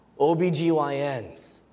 OBGYNs